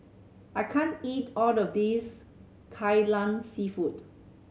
I can't eat all of this Kai Lan Seafood